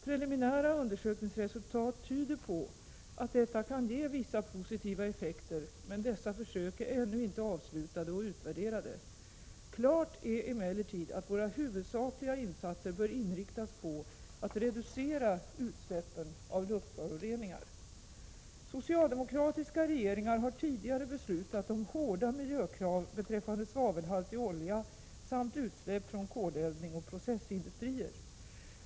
Preliminära undersökningsresultat tyder på att detta kan ge vissa positiva effekter, men dessa försök är ännu inte avslutade och utvärderade. Klart är emellertid att våra huvudsakliga insatser bör inriktas på att reducera utsläppen av luftföroreningar. Socialdemokratiska regeringar har tidigare beslutat om hårda miljökrav beträffande svavelhalt i olja samt utsläpp från koleldning och processindustrier.